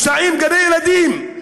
מוסעים לגני ילדים?